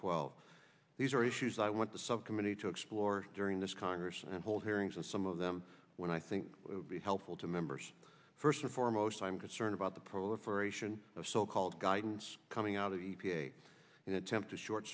twelve these are issues i want the subcommittee to explore during this congress and hold hearings and some of them when i think it would be helpful to members first and foremost i'm concerned about the proliferation of so called guidance coming out of the an attempt to short